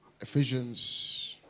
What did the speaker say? Ephesians